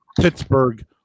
Pittsburgh